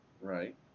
right